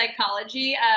psychology